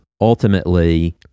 ultimately